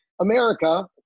America